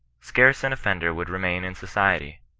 scarce an offender would remain in society.